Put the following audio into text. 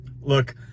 Look